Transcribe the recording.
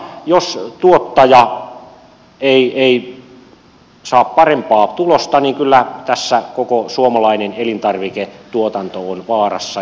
jos tuottaja ei saa parempaa tulosta kyllä tässä koko suomalainen elintarviketuotanto on vaarassa